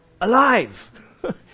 Alive